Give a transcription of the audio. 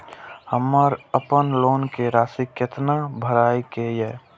हमर अपन लोन के राशि कितना भराई के ये?